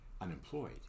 unemployed